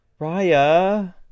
Raya